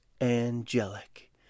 angelic